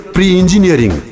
Pre-Engineering